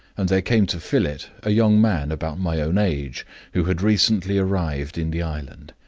and there came to fill it a young man about my own age who had recently arrived in the island.